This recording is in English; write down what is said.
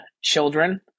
children